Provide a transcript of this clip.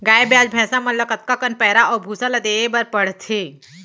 गाय ब्याज भैसा मन ल कतका कन पैरा अऊ भूसा ल देये बर पढ़थे?